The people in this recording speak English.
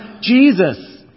Jesus